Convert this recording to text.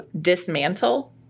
dismantle